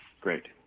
great